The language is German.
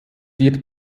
wird